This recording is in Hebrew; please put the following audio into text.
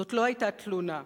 זאת לא היתה תלונה,